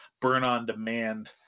Burn-On-Demand